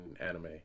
anime